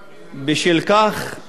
אחמד טיבי מסכים לזה כבר חמש שנים.